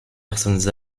personnes